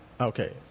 Okay